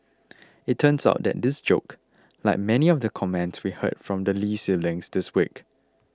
it turns out that this joke like many of the comments we heard from the Lee siblings this week